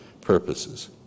purposes